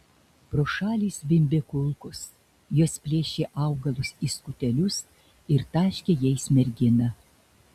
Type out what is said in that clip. pro šalį zvimbė kulkos jos plėšė augalus į skutelius ir taškė jais merginą